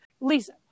Lisa